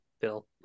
Bill